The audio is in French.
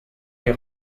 les